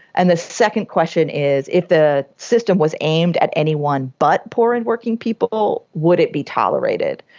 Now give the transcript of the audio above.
and the second question is if the system was aimed at anyone but poor and working people, would it be tolerated?